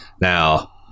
Now